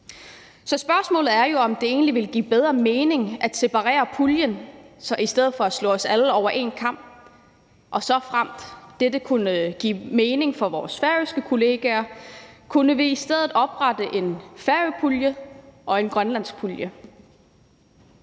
Så spørgsmålet er jo, om det egentlig ville give bedre mening at separere puljen i stedet for at skære os alle over én kam, og såfremt dette kunne give mening for vores færøske kollegaer, kunne vi i stedet oprette en Færøernepulje og en Grønlandspulje.